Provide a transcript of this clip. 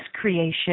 creation